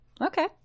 Okay